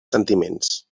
sentiments